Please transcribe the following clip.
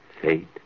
fate